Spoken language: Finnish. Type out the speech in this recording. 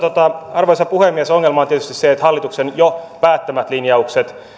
arvoisa puhemies ongelma on tietysti se että hallituksen jo päättämät linjaukset